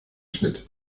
schnitt